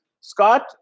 Scott